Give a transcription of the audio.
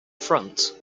front